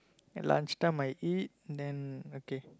at lunch time I eat then okay